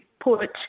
put